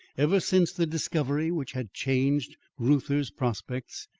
ever since the discovery which had changed reuther's prospects,